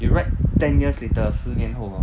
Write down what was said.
you write ten years later 十年后 hor